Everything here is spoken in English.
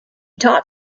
taught